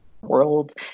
world